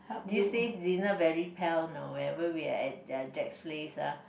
these days Zena very pale know whenever we had Jack's place ah